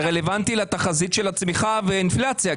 זה רלוונטי לתחזית של הצמיחה והאינפלציה.